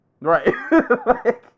Right